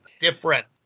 Different